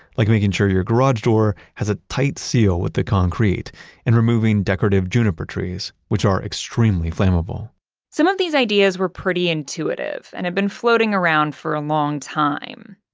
like making sure your garage door has a tight seal with the concrete and removing decorative juniper trees, which are extremely flammable some of these ideas were pretty intuitive and had been floating around for a long time.